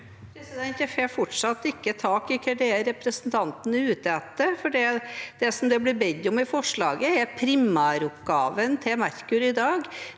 Jeg får fortsatt ikke tak i hva representanten er ute etter, for det det blir bedt om i forslaget, er primæroppgaven til Merkur i dag.